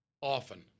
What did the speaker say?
Often